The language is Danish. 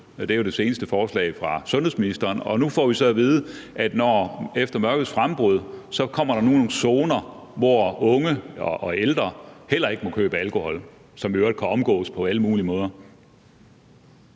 Det er jo det seneste forslag fra sundhedsministeren. Og nu får vi så at vide, at efter mørkets frembrud kommer der nu nogle zoner, hvor unge og ældre heller ikke må købe alkohol, og som i øvrigt kan omgås på alle mulige måder.